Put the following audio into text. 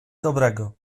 dobrego